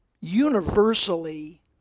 universally